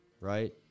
right